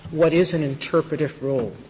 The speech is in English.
what is an interpretative rule?